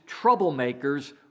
troublemakers